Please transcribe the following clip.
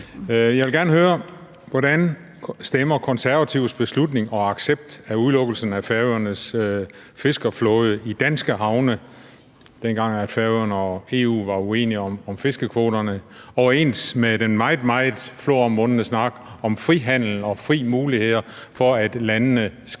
Jeg vil gerne høre, hvordan Konservatives beslutning og accept af udelukkelsen af Færøernes fiskerflåde i danske havne, dengang Færøerne og EU var uenige om fiskekvoterne, stemmer overens med den meget, meget floromvundne snak om frihandel og frie muligheder for, at landene skal